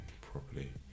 properly